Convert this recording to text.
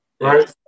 right